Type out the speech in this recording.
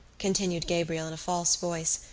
continued gabriel in a false voice.